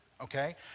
okay